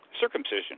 circumcision